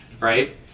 right